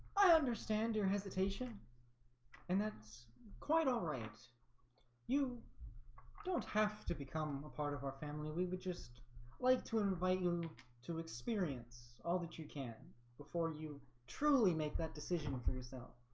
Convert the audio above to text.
i understand your hesitation and that's quite all right you don't have to become a part of our family we would just like to invite you to experience all that you can before you truly make that decision for yourself